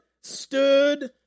stood